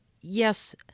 yes